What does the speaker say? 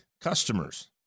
customers